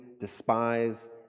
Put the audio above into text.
despise